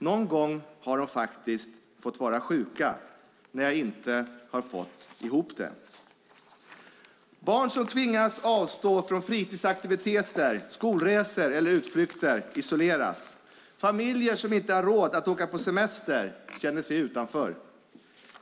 Någon gång har de faktiskt fått vara sjuka, när jag inte har fått ihop det." Barn som tvingas avstå från fritidsaktiviteter, skolresor eller utflykter isoleras. Familjer som inte har råd att åka på semester känner sig utanför.